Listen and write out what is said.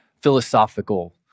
philosophical